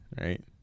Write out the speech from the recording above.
right